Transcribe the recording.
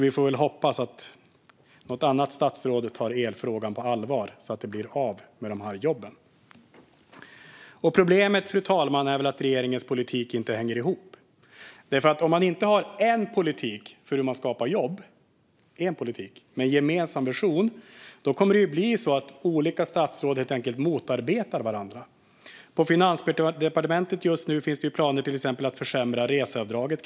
Vi får väl hoppas att något annat statsråd tar elfrågan på allvar, så att de här jobben blir av. Problemet, fru talman, är väl att regeringens politik inte hänger ihop. Om man inte har en politik för hur man skapar jobb, med en gemensam vision, kommer det att bli så att olika statsråd motarbetar varandra. På Finansdepartementet finns det just nu till exempel planer på att kraftigt försämra reseavdraget.